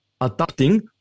adapting